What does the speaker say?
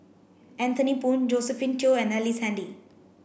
Anthony Poon Josephine Teo and Ellice Handy